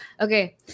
Okay